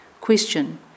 Question